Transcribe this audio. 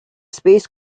space